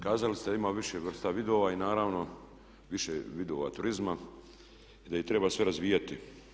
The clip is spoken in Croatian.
Kazali ste da ima više vrsta vidova i naravno više vidova turizma i da ih treba sve razvijati.